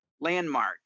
landmark